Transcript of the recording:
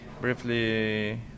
Briefly